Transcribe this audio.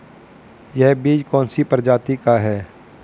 यह बीज कौन सी प्रजाति का है?